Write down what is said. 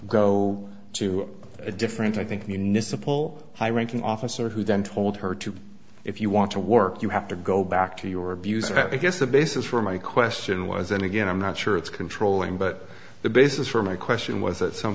go to a different i think the unisa pull high ranking officer who then told her to if you want to work you have to go back to your abuser i guess the basis for my question was and again i'm not sure it's controlling but the basis for my question was at some